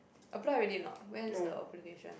apply already or not when is the application